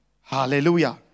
Hallelujah